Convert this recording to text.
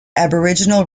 aboriginal